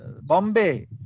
Bombay